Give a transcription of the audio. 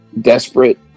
desperate